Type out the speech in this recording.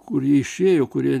kurie išėjo kurie